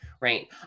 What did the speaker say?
Right